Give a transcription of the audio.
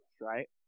right